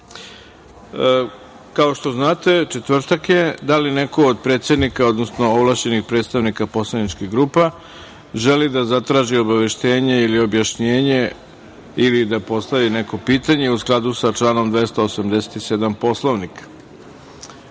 što znate četvrtak je. Da li neko od predsednika odnosno ovlašćenih predstavnika poslaničkih grupa želi da zatraži obaveštenje ili objašnjenje, ili da postavi neko pitanje u skladu sa članom 287. Poslovnika? Reč